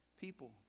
people